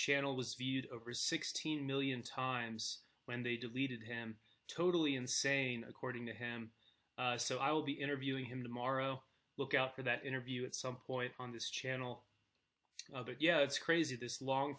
channel was viewed over sixteen million times when they deleted him totally insane according to him so i'll be interviewing him tomorrow look out for that interview at some point on this channel of it yeah it's crazy this long